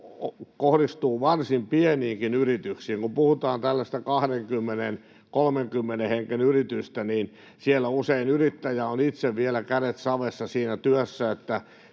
kohdistuu varsin pieniinkin yrityksiin — kun puhutaan tällaisesta 20—30 hengen yrityksestä — niin siellä usein yrittäjä on itse vielä kädet savessa siinä työssä.